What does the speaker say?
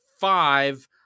five